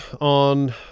on